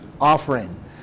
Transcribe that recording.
offering